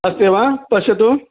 अस्तु वा पश्यतु